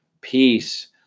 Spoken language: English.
Peace